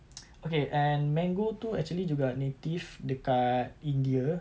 okay and mango itu actually juga native dekat india